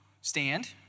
stand